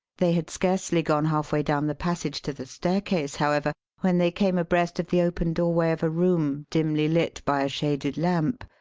they had scarcely gone halfway down the passage to the staircase, however, when they came abreast of the open doorway of a room, dimly lit by a shaded lamp,